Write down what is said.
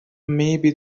maybe